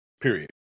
period